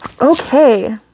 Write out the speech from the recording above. Okay